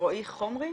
רועי חומרי.